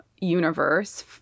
universe